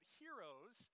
heroes